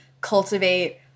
cultivate